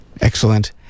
Excellent